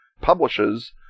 publishes